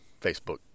Facebook